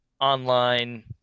online